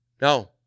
No